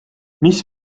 mis